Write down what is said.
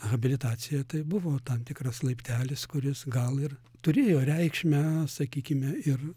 habilitacija tai buvo tam tikras laiptelis kuris gal ir turėjo reikšmę sakykime ir